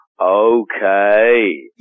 okay